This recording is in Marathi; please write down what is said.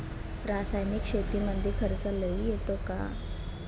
रासायनिक शेतीमंदी खर्च लई येतो का?